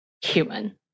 human